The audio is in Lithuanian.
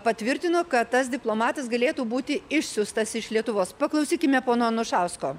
patvirtino kad tas diplomatas galėtų būti išsiųstas iš lietuvos paklausykime pono anušausko